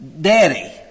daddy